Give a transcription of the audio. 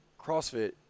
CrossFit